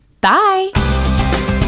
Bye